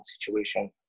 situation